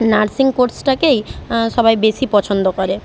nursing কোর্সটাকেই সবাই বেশি পছন্দ করে